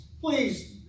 please